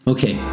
Okay